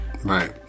Right